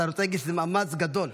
אתה רוצה להגיד שזה מאמץ גדול.